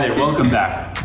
and welcome back.